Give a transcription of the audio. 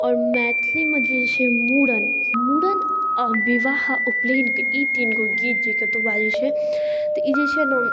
आओर मैथलीमे जे छै मुड़न मुड़न अ बिवाह आ उपनयनके ई तीनगो गीत जे कतहुँ बाजैत छै तऽ ई जे छै ने